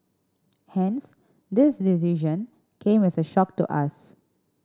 hence this decision came as a shock to us